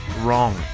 wrong